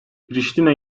priştine